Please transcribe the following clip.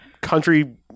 country